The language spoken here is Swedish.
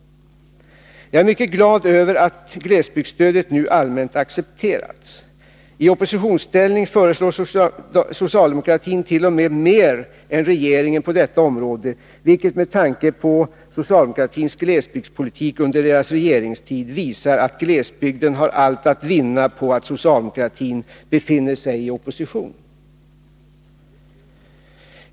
Jag är mycket glad över att glesbygdsstödet nu allmänt accepterats. I oppositionsställning föreslår socialdemokratin t.o.m. mer än regeringen gör på detta område, vilket med tanke på socialdemokraternas glesbygdspolitik under deras regeringstid visar att glesbygden har allt att vinna på att socialdemokratin befinner sig i opposition.